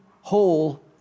whole